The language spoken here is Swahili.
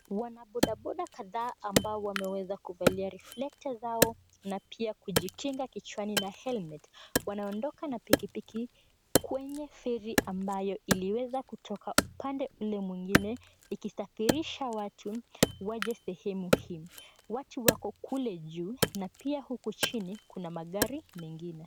Wanabodaboda kadhaa ambao wameweza kuvalia reflector zao na pia kujikinga kichwani na helmet wanaondoka na pikipiki kwenye feri ambayo iliweza kutoka upande ule mwingine ikisafirisha watu waje sehemu hii. Watu wako kule juu na pia huku chini kuna magari mengine.